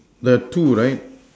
the tool right